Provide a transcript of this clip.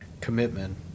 commitment